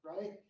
right